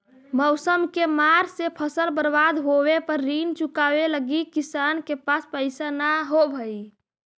मौसम के मार से फसल बर्बाद होवे पर ऋण चुकावे लगी किसान के पास पइसा न होवऽ हइ